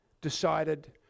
decided